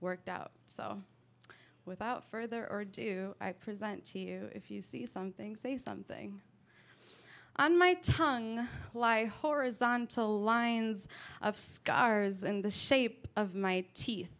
worked out so without further ado i present to you if you see something say something on my tongue lie horizontal lines of scars in the shape of my teeth